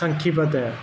ਸੰਖੀਪਤ ਹੈ